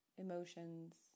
emotions